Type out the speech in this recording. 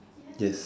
yes